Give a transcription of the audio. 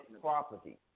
property